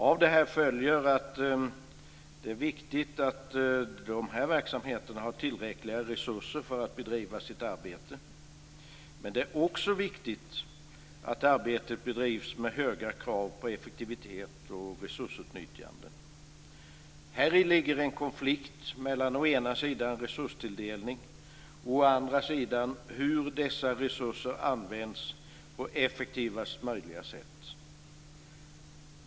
Av detta följer att det är viktigt att dessa verksamheter har tillräckliga resurser för att bedriva sitt arbete, men det är också viktigt att arbetet bedrivs med höga krav på effektivitet och resursutnyttjande. Häri ligger en konflikt mellan å ena sidan resurstilldelning och å andra sidan hur dessa resurser används på effektivast möjliga sätt.